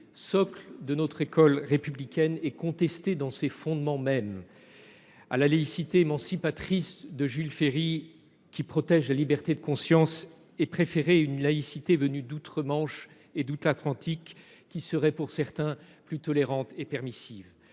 socle de notre école républicaine, est contestée dans ses fondements mêmes. À la laïcité émancipatrice de Jules Ferry, qui protège la liberté de conscience, est préférée une laïcité venue d’outre Manche et d’outre Atlantique, qui serait pour certains plus tolérante et permissive.